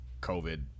COVID